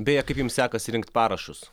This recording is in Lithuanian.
beje kaip jums sekasi rinkt parašus